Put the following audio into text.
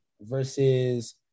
versus